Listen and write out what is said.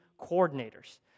coordinators